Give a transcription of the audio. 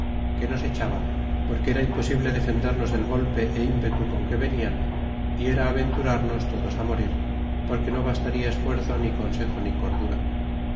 que nos echaban porque era imposible defendet nos del golpe e impele eon que vedan era ovehtittantos teclas á morir porque no bastaria esfuerzo ni consejo ni cordera